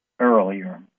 earlier